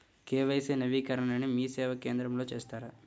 KYC నవీకరణని మీసేవా కేంద్రం లో చేస్తారా?